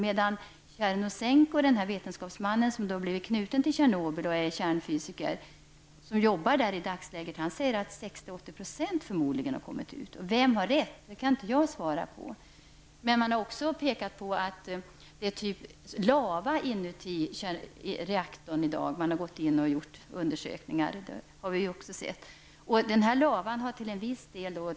Vetenskapsmannen Tjernousenko, en vetenskapsman som blivit knuten till Tjernobyl och som är kärnfysiker och arbetar där för närvarande, säger att förmodligen 60--80 % har kommit ut. Vem har rätt? Det kan inte jag svara på. Det har också pekats på att det vid undersökningar har visat sig att det finns lava inne i reaktorn.